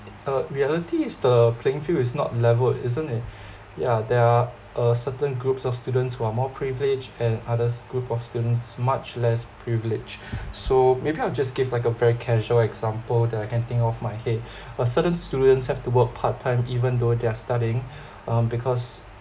uh reality is the playing field is not level isn't it yeah there are uh certain groups of students who are more privileged and others group of students much less privileged so maybe I'll just give like a very casual example that I can think of my head a certain student have to work part-time even though they're studying um because